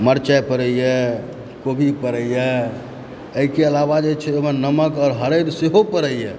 मरचाइ पड़ैयऽ कोबी पड़ैए एहिके अलावा जे छै ओहिमे नमक आओर हरदि सेहो पड़ैए